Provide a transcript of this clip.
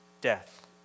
death